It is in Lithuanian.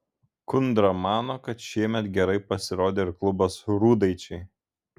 kundra mano kad šiemet gerai pasirodė ir klubas rūdaičiai